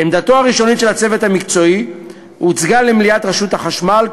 עמדתו הראשונית של הצוות המקצועי הוצגה למליאת רשות החשמל,